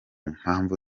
mpamvu